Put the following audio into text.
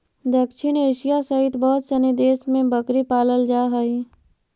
दक्षिण एशिया सहित बहुत सनी देश में बकरी पालल जा हइ